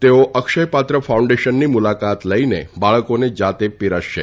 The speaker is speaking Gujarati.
તેઓ અક્ષય પાત્ર ફાઉન્ડેશનની મુલાકાત લઇને બાળકોને જાતે પીરસશે